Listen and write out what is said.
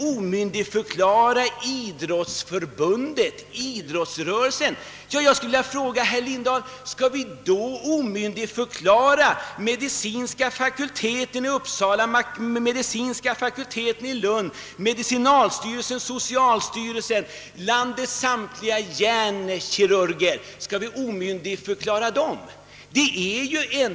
omyndigförklara idrottsförbundet, idrottsrörelsen ?» Jag skulle vilja fråga herr Lindahl: Skall vi omyndigförklara de medicinska fakulteterna i Uppsala och Lund, medicinalstyrelsen, socialstyrelsen och landets samtliga hjärnkirurger?